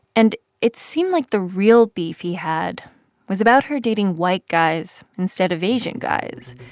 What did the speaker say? and it seemed like the real beef he had was about her dating white guys instead of asian guys,